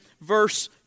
verse